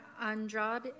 Andrade